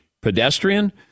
pedestrian